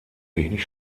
wenig